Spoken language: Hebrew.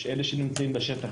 אלה שנמצאים בשטח,